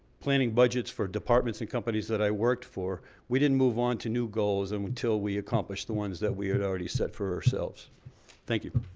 planning budgets for departments and companies that i worked for we didn't move on to new goals and until we accomplished the ones that we had already set for ourselves thank you.